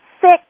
sick